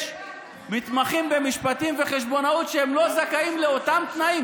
יש מתמחים במשפטים ובחשבונאות שלא זכאים לאותם התנאים.